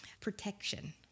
Protection